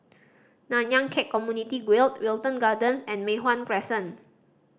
Nanyang Khek Community Guild Wilton Gardens and Mei Hwan Crescent